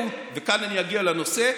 וכאן אני אגיע לנושא,